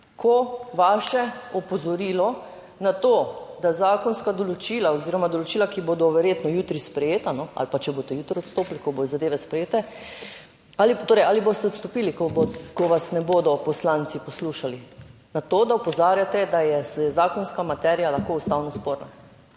ko vaše opozorilo na to, da zakonska določila oziroma določila, ki bodo verjetno jutri sprejeta, ali pa če boste jutri odstopili, ko bodo zadeve sprejete? Ali pa, torej ali boste odstopili, ko vas ne bodo poslanci poslušali na to, da opozarjate, da je zakonska materija lahko ustavno sporna?